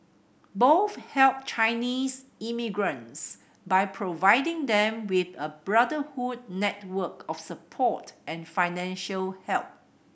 both helped Chinese immigrants by providing them with a brotherhood network of support and financial help